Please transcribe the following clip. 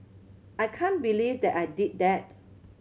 I can't believe that I did that